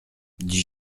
dit